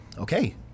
okay